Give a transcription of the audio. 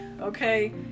okay